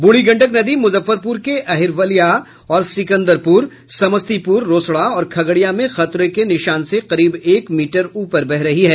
बूढ़ी गंडक नदी मुजफ्फरपुर के अहिरवलिया और सिकंदरपुर समस्तीपुर रोसड़ा और खगड़िया में खतरे के निशान से करीब एक मीटर ऊपर बह रही है